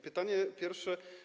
Pytanie pierwsze.